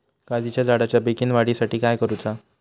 काजीच्या झाडाच्या बेगीन वाढी साठी काय करूचा?